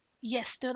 yes